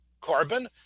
carbon